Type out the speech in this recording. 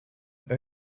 them